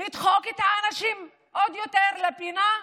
לדחוק את האנשים עוד יותר לפינה?